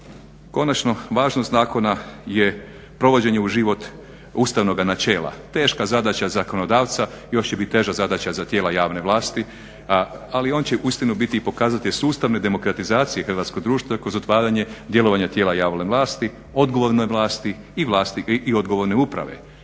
Konačno, važnost zakona je provođenje u život ustavnoga načela. Teška zadaća zakonodavca, još će bit teža zadaća za tijela javne vlasti, ali on će uistinu biti i pokazatelj sustavne demokratizacije hrvatskog društva kroz otvaranje djelovanja tijela javne vlasti, odgovorne vlaste i vlasti, i odgovorne uprave.